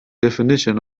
definition